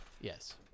Yes